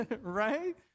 Right